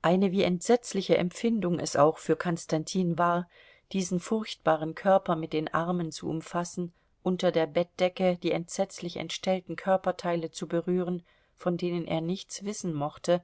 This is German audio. eine wie entsetzliche empfindung es auch für konstantin war diesen furchtbaren körper mit den armen zu umfassen unter der bettdecke die entsetzlich entstellten körperteile zu berühren von denen er nichts wissen mochte